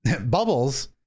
bubbles